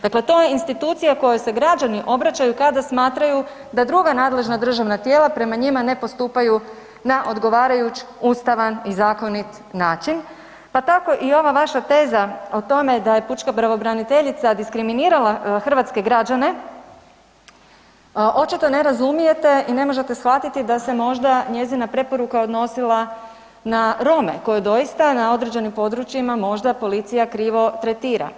Dakle, to je institucija kojoj se građani obraćaju kada smatraju da druga nadležna državna tijela prema njima ne postupaju na odgovarajuć ustavan i zakonit način, pa tako i ova vaša teza o tome da je pučka pravobraniteljica diskriminirala hrvatske građane, očito ne razumijete i ne možete shvatiti da se možda njezina preporuka odnosila na Rome koje je doista na određenim područjima možda policija krivo tretira.